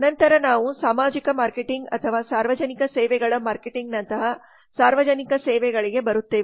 ನಂತರ ನಾವು ಸಾಮಾಜಿಕ ಮಾರ್ಕೆಟಿಂಗ್ ಅಥವಾ ಸಾರ್ವಜನಿಕ ಸೇವೆಗಳ ಮಾರ್ಕೆಟಿಂಗ್ನಂತಹ ಸಾರ್ವಜನಿಕ ಸೇವೆಗಳಿಗೆ ಬರುತ್ತೇವೆ